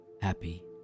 happy